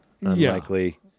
unlikely